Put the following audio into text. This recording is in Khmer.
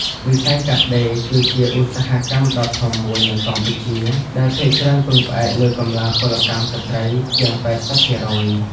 វិស័យកាត់ដេរគឺជា ឧស្សាហកម្មដ៏ធំមួយនៅកម្ពុជា ដែលភាគច្រើនពឹងផ្អែកលើកម្លាំងពលកម្មស្ត្រីជាង ៨០%។